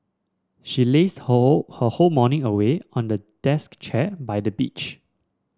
she lazed whole her whole morning away on the desk chair by the beach